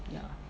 ya